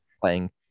playing